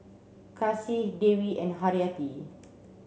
Kasih Dewi and Haryati